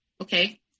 okay